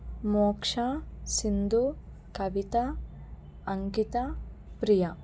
Moksha Sindhu Kavitha Ankitha Priya